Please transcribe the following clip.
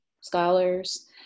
scholars